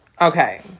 Okay